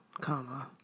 comma